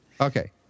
Okay